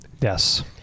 Yes